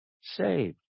saved